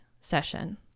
session